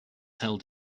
held